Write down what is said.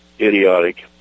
idiotic